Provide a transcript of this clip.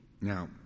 Now